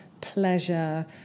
pleasure